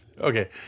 Okay